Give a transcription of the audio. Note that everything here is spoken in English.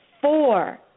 four